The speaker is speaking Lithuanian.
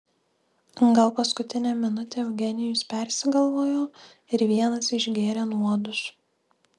gal paskutinę minutę eugenijus persigalvojo ir vienas išgėrė nuodus